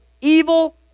evil